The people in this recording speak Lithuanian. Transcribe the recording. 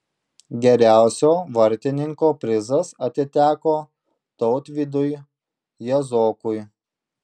geriausio vartininko prizas atiteko tautvydui jazokui